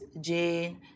Jane